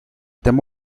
tema